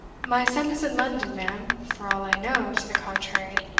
my son is in london, ma'am, for all i know to the contrary.